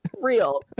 Real